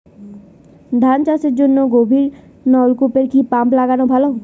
ধান চাষের জন্য গভিরনলকুপ কি পাম্প লাগালে ভালো?